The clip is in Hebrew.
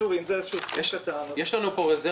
שוב, אם זה סכום קטן --- יש לנו פה רזרבות.